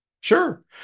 sure